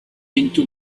into